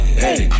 hey